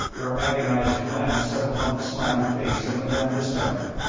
her agonized glance set upon the smiling face of madame de stamer.